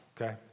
okay